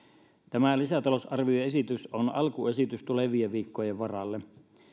tämä lisätalousarvioesitys on alkuesitys tulevien viikkojen varalle